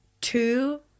two